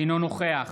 אינו נוכח